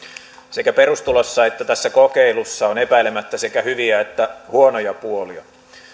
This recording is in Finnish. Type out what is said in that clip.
sekä perustulossa että tässä kokeilussa on epäilemättä sekä hyviä että huonoja puolia